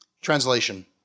Translation